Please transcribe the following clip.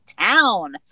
town